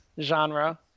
genre